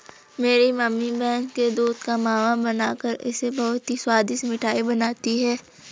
मेरी मम्मी भैंस के दूध का मावा बनाकर इससे बहुत ही स्वादिष्ट मिठाई बनाती हैं